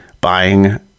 buying